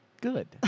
good